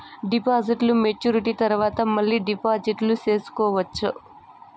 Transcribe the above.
డిపాజిట్లు మెచ్యూరిటీ తర్వాత మళ్ళీ డిపాజిట్లు సేసుకోవచ్చా?